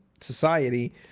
society